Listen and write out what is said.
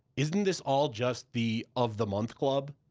isn't this all just the of the month club?